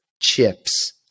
chips